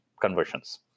conversions